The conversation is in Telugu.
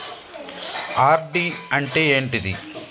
ఆర్.డి అంటే ఏంటిది?